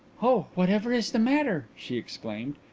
oh, whatever is the matter? she exclaimed.